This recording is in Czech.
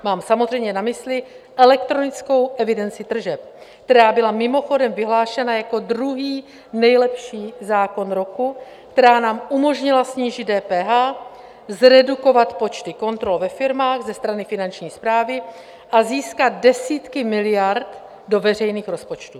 Mám samozřejmě na mysli elektronickou evidenci tržeb, která byla mimochodem vyhlášena jako druhý nejlepší zákon roku, která nám umožnila snížit DPH, zredukovat počty kontrol ve firmách ze strany Finanční správy a získat desítky miliard do veřejných rozpočtů.